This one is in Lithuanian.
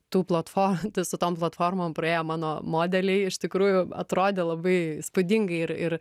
tų platfo tai su tom platformoms praėjo mano modeliai iš tikrųjų atrodė labai įspūdingai ir ir